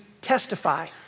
testify